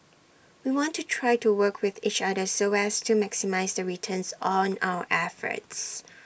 we want to try to work with each other so as to maximise the returns on our efforts